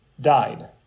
died